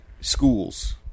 schools